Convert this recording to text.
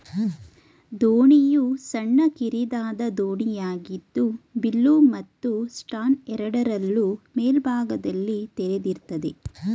ದೋಣಿಯು ಸಣ್ಣ ಕಿರಿದಾದ ದೋಣಿಯಾಗಿದ್ದು ಬಿಲ್ಲು ಮತ್ತು ಸ್ಟರ್ನ್ ಎರಡರಲ್ಲೂ ಮೇಲ್ಭಾಗದಲ್ಲಿ ತೆರೆದಿರ್ತದೆ